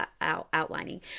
outlining